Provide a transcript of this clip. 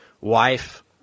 wife